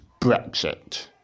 Brexit